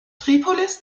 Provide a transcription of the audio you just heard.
tripolis